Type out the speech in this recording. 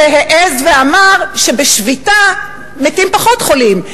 שהעז ואמר שבשביתה מתים פחות חולים.